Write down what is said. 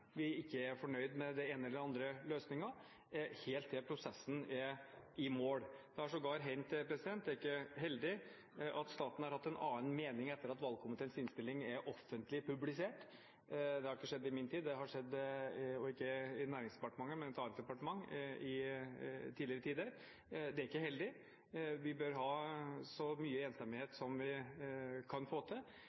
vi ikke er fornøyd med den ene eller andre løsningen, helt til prosessen er i mål. Det har sågar hendt – det er ikke heldig – at staten har hatt en annen mening etter at valgkomiteens innstilling er offentlig publisert. Det har ikke skjedd i min tid, og ikke i Næringsdepartementet, men i et annet departement i tidligere tider. Det er ikke heldig. Vi bør ha så mye enstemmighet som vi kan få til,